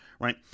right